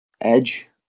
Edge